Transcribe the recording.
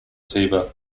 tiber